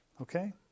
Okay